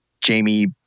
Jamie